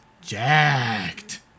jacked